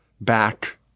back